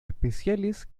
especiales